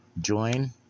Join